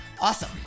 awesome